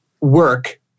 work